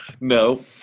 no